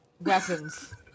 Weapons